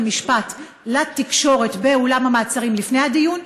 המשפט לתקשורת באולם המעצרים לפני הדיון,